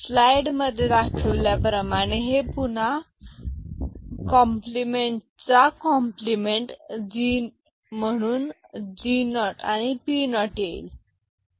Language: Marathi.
स्लाइडमध्ये दाखविल्याप्रमाणे हे पुन्हा कॉम्प्लिमेंट च्या कॉम्प्लिमेंट G0 आणि P0 येईल